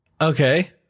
Okay